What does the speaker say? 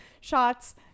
shots